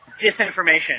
disinformation